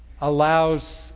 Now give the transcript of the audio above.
allows